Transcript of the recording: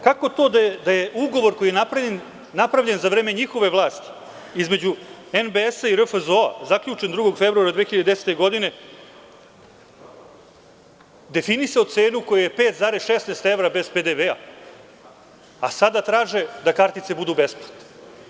Kako to da je ugovor koji je napravljen, napravljen za vreme njihove vlasti između MBS i RFZO, zaključen 2. februara 2010. godine, definisao cenu koja je 5,16 evra bez PDV-a, a sada traže da kartice budu besplatne?